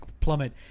plummet